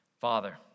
Father